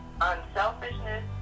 unselfishness